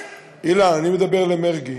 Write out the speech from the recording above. אילן, אני מדבר אל מרגי.